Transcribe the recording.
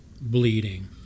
bleeding